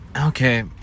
Okay